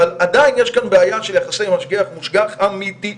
אבל עדיין יש כאן בעיה של יחסי משגיח-מושגח אמיתית.